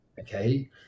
okay